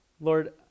Lord